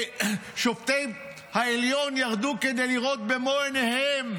ששופטי העליון ירדו כדי לראות במו עיניהם.